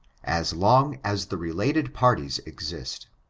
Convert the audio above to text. as long as the related parties exist.